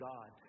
God